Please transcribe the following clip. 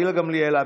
גילה גמליאל,